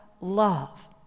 love